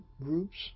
groups